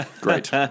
Great